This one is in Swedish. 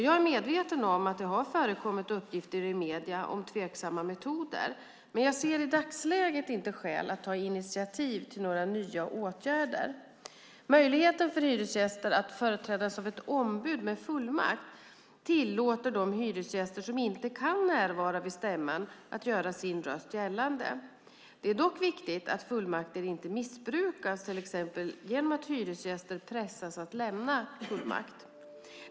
Jag är medveten om att det har förekommit uppgifter i medierna om tveksamma metoder, men jag ser i dagsläget inte skäl att ta initiativ till några nya åtgärder. Möjligheten för hyresgäster att företrädas av ett ombud med fullmakt tillåter de hyresgäster som inte kan närvara vid stämman att göra sin röst gällande. Det är dock viktigt att fullmakter inte missbrukas, till exempel genom att hyresgäster pressas att lämna fullmakt.